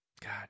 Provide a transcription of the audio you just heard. God